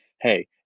Hey